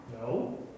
No